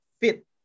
fit